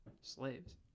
slaves